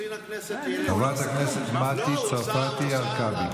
חברת הכנסת מטי צרפתי הרכבי.